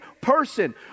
person